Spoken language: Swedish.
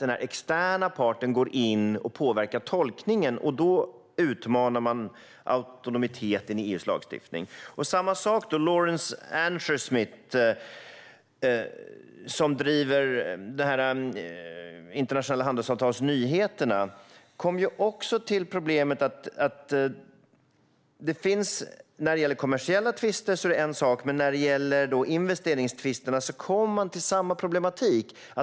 Den externa parten går in och påverkar tolkningen, och då utmanas autonomin i EU:s lagstiftning. Laurens Ankersmit, som driver nyhetssajten om internationella handelsavtal, har kommit fram till samma problem. Kommersiella tvister är en sak, men när det gäller investeringstvister är det samma problematik.